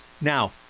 Now